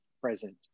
present